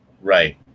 Right